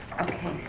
okay